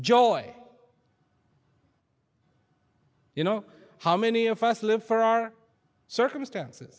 joy you know how many of us live for our circumstances